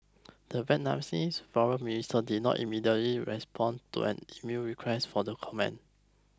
the Vietnamese foreign ministry did not immediately respond to an emailed request for the comment